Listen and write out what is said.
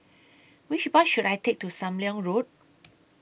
Which Bus should I Take to SAM Leong Road